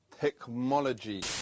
Technology